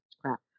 crap